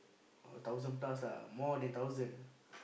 a thousand plus lah more than thousand